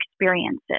experiences